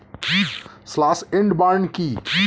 Slash and burn কি?